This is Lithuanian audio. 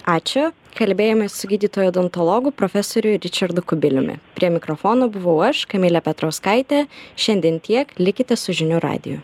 ačiū kalbėjomės su gydytoju odontologu profesoriu ričardu kubiliumi prie mikrofono buvau aš kamilė petrauskaitė šiandien tiek likite su žinių radiju